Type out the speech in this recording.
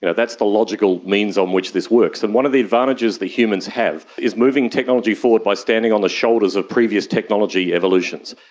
you know that's the logical means on which this works. and one of the advantages that humans have is moving technology forward by standing on the shoulders of previous technology evolutions.